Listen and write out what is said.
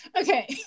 Okay